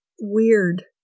weird